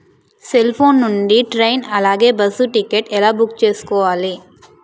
Cell phone నుండి train అలాగే bus ticket ఎలా బుక్ చేసుకోవాలి?